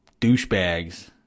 douchebags